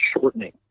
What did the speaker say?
shortening